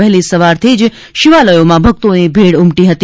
વહેલી સવારથી જ શિવાલયોમાં ભક્તોની ભીડ ઉમટી પડી હતી